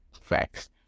Facts